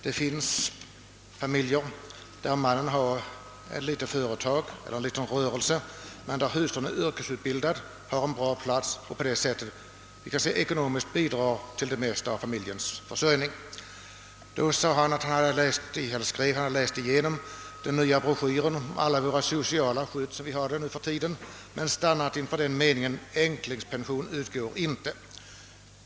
Det finns familjer där mannen har en liten rörelse medan hustrun är yrkesutbildad och har en god plats och på detta sätt ekonomiskt bidrar med det mesta till familjens — försörjning. <Brevskrivaren nämnde att han hade läst igenom den nya broschyren om alla de sociala skydd som vi nu för tiden har, men stannat inför meningen: Änklingspension utgår inte.